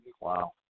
Wow